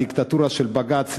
הדיקטטורה של בג"ץ.